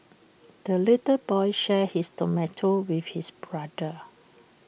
the little boy shared his tomato with his brother